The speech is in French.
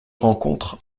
rencontre